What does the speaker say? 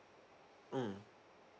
mm